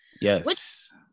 yes